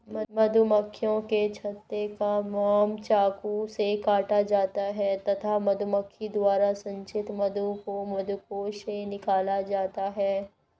मधुमक्खियों के छत्ते का मोम चाकू से काटा जाता है तथा मधुमक्खी द्वारा संचित मधु को मधुकोश से निकाला जाता है